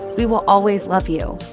we will always love you.